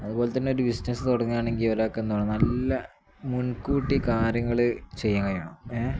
അതുപോലെ തന്നെ ഒരു ബിസിനസ് തുടങ്ങുകയാണെങ്കിൽ ഒരാൾക്കെന്ന് തടണംൻ നല്ല മുൻകൂട്ടി കാര്യങ്ങൾ ചെയ്യാൻ കഴിയണം ഏ